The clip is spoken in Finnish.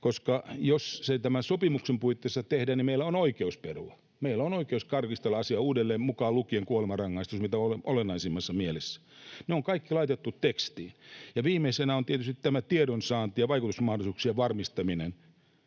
koska jos sitä ei tämän sopimuksen puitteissa tehdä, niin meillä on oikeus perua. Meillä on oikeus tarkastella asiaa uudelleen mukaan lukien kuolemanrangaistus mitä olennaisimmassa mielessä. Ne on kaikki laitettu tekstiin. Ja viimeisenä on tietysti tämä tiedonsaanti‑ ja vaikutusmahdollisuuksien varmistaminen.